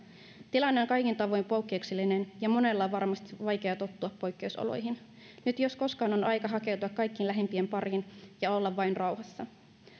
tilanne on kaikin tavoin poikkeuksellinen ja monella on varmasti vaikea tottua poikkeusoloihin nyt jos koskaan on aika hakeutua kaikkein lähimpien pariin ja olla vain rauhassa